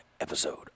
episode